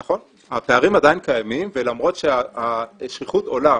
נכון, הפערים עדיין קיימים ולמרות שהשכיחות עולה